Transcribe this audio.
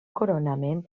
coronament